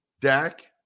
Dak